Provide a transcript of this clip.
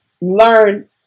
Learn